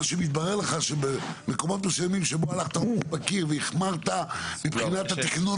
מה שמתברר לך שבמקומות מסוימים --- והחמרת מבחינת התכנון